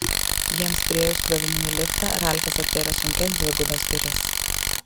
jiems priėjus krovininį liftą ralfas atvėrė sunkias dvigubas duris